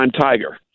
tiger